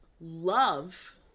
love